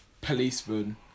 policeman